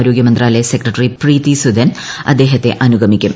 ആരോഗ്യ മന്ത്രാലയ സെക്രട്ടറി പ്രീതി സുധൻ അദ്ദേഹത്തെ അനുഗമിക്കും